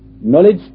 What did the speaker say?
knowledge